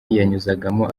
yanyuzagamo